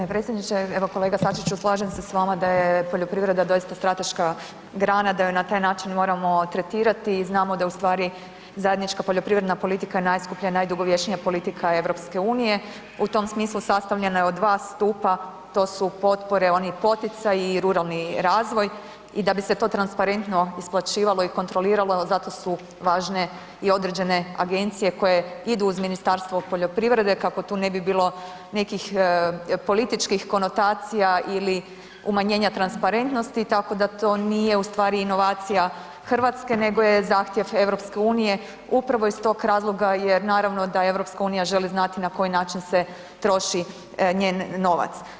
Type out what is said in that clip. Evo kolega Sačiću, slažem se s vama je da poljoprivreda doista strateška grana, da ju na taj način moramo tretirati, znamo da je ustvari zajednička poljoprivredna politika najskuplja i najdugovječnija politika EU-a, u tom smislu sastavljena je od dva stupa, to su potpore, oni poticaji i ruralni razvoj i da bi se to transparentno isplaćivalo i kontroliralo, zato su važne i određene agencije koje idu uz Ministarstvo poljoprivrede kako tu ne bi bilo nekih političkih konotacija ili umanjenja transparentnosti, tako da to nije ustvari inovacija Hrvatske nego je zahtjev EU-a upravo iz tog razloga jer naravno da EU želi znati na koji način se troši njen novac.